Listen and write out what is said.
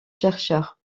chercheurs